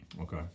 Okay